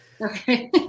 okay